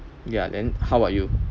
ya then how about you